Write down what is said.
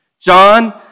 John